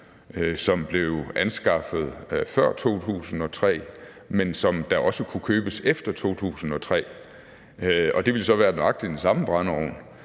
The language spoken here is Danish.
som blev anskaffet før 2003, men som også kunne købes efter 2003, og det ville jo så være nøjagtig den samme brændeovn.